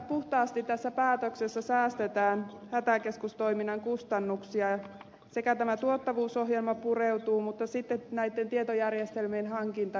puhtaasti tässä päätöksessä säästetään hätäkeskustoiminnan kustannuksia siihen tämä tuottavuusohjelma pureutuu mutta sitten on näiden tietojärjestelmien hankinta